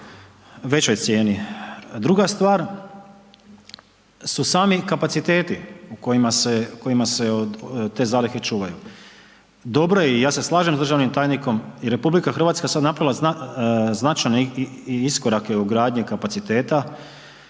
većoj cijeni. Druga stvar su sami kapaciteti kojima se, kojima se te zalihe čuvaju. Dobro je i ja se slažem s državnim tajnikom i RH sad napravila značajne iskorake u gradnji kapaciteta,